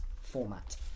format